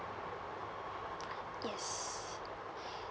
yes